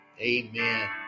Amen